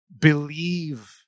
believe